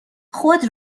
خود